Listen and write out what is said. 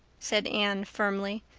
said anne firmly.